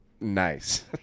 nice